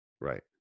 right